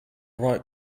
right